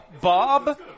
Bob